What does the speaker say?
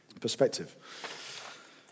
perspective